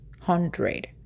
hundred